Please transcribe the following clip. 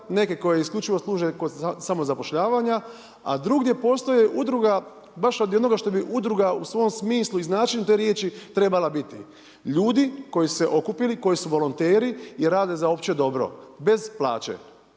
neke koje isključivo služe kod samozapošljavanja, a drugdje postoji udruga baš od jednoga što bi udruga u svom smislu i značenju te riječi trebala biti. Ljudi koji su se okupili, koji su volonteri i rade za opće dobro bez plaće.